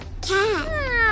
Cat